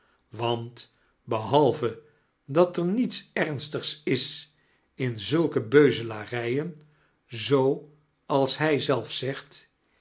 want behalve dat er niets eirnstigs is in zulke beuzelarijen zooals hij zelf